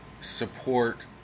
support